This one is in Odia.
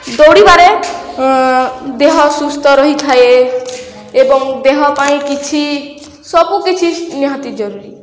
ଦୌଡ଼ିବାରେ ଦେହ ସୁସ୍ଥ ରହିଥାଏ ଏବଂ ଦେହ ପାଇଁ କିଛି ସବୁ କିଛି ନିହାତି ଜରୁରୀ